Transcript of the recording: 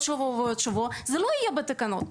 שבוע ועוד שבוע זה לא יהיה בתקנות,